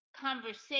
conversation